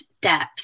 depth